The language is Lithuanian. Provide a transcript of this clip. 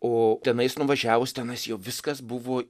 o tenais nuvažiavus tenais jau viskas buvo